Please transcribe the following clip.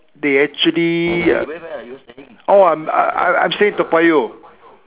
they actually oh I'm I'm staying in Toa Payoh